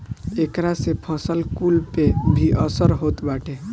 एकरा से फसल कुल पे भी असर होत बाटे